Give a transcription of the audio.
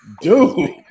dude